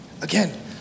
Again